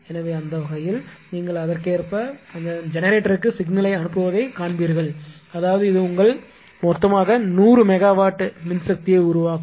எனவே அந்த வகையில் நீங்கள் அதற்கேற்ப அதன் ஜெனரேட்டருக்கு சிக்னலை அனுப்புவதைக் காண்பீர்கள் அதாவது இது உங்கள் மொத்தமாக 100 மெகாவாட் மின்சக்தியை உருவாக்கும்